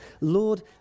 Lord